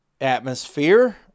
atmosphere